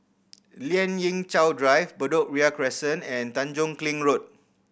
Lien Ying Chow Drive Bedok Ria Crescent and Tanjong Kling Road